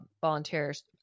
volunteers